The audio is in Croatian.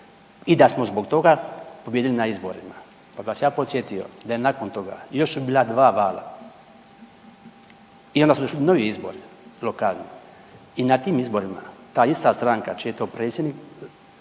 i da smo zbog toga pobijedili na izborima. Pa bi vas ja podsjetio i da nakon toga još su bila 2 vala i onda su došli novi izbori lokalni i na tim izborima ta ista stranka čiji je to predsjednik